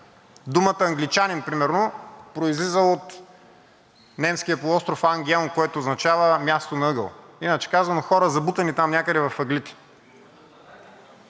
Думата англичанин например произлиза от немския полуостров Ангиом, което означава място на ъгъл. Иначе казано, хора, забутани там някъде, в ъглите.